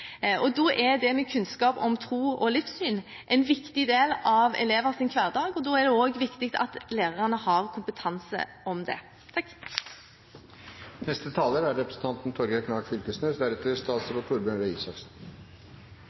mangfoldig. Da er kunnskap om tro og livssyn en viktig del av elevenes hverdag, og det er viktig at lærerne har kompetanse i det. RLE-faget er eit viktig fag. I tillegg til å lære om